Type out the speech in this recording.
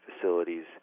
facilities